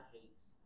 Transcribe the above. hates